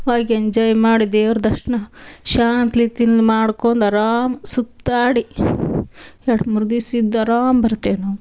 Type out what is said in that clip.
ವಾಗ್ enjoy ಮಾಡಿ ದೇವ್ರ ದರ್ಶನ ಶಾಂತ ರೀತಿಯಿಂದ್ ಮಾಡ್ಕೊಂಡ್ ಆರಾಮ್ ಸುತ್ತಾಡಿ ಎರಡು ಮೂರು ದಿವ್ಸ ಇದು ಆರಾಮ್ ಬರ್ತೇವೆ ನಾವು